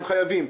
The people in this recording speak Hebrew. הם חייבים.